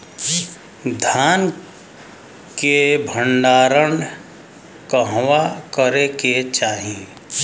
धान के भण्डारण कहवा करे के चाही?